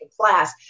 Class